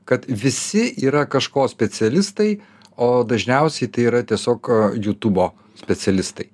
kad visi yra kažko specialistai o dažniausiai tai yra tiesiog jutubo specialistai